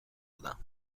بدم